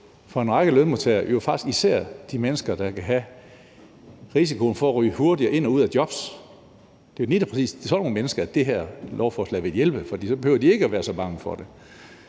for en række lønmodtagere, i øvrigt faktisk især de mennesker, der kan have en risiko for at ryge hurtigere ind og ud af jobs – det er lige præcis sådan nogle mennesker, det her lovforslag vil hjælpe, for så behøver de ikke at være så bange for det